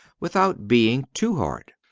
without being too hard.